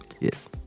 yes